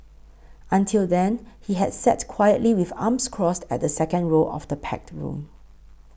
until then he has sat quietly with arms crossed at the second row of the packed room